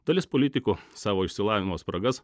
dalis politikų savo išsilavinimo spragas